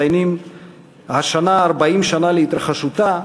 אנו מציינים השנה 40 שנה להתרחשותה,